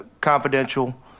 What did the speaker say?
confidential